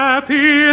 Happy